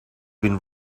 been